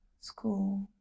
school